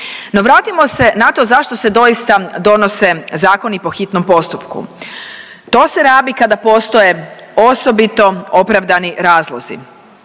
No vratimo se na to zašto se doista donose zakoni po hitnom postupku. To se rabi kada postoje osobito opravdani razlozi.